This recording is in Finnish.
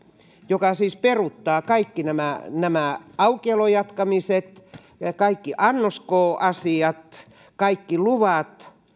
joka siis peruuttaa kaikki nämä nämä aukiolon jatkamiset kaikki annoskokoasiat kaikki luvat